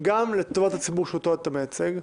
גם לטובת הציבור שאותו אתה מייצג,